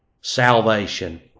salvation